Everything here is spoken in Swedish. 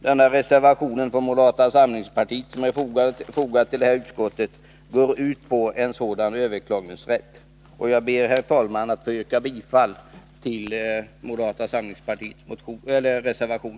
Den reservation från moderata samlingspartiet som är fogad till detta utskottsbetänkande går ut på en sådan överklagningsrätt. Jag ber, herr talman, att få yrka bifall till moderata samlingspartiets reservation.